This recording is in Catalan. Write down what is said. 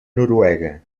noruega